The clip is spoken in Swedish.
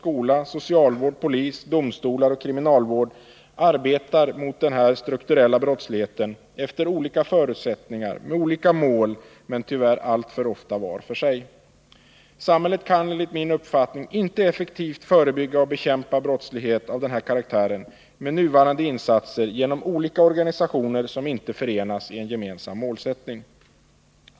Skolan, socialvården, polisen, domstolarna och kriminalvården arbetar mot denna strukturella brottslighet efter olika förutsättningar, med olika mål och tyvärr alltför ofta var för sig. Samhället kan enligt min uppfattning inte effektivt förebygga och bekämpa brottslighet av denna karaktär med nuvarande insatser genom olika organisationer som inte förenas i en gemensam målsättning.